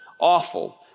awful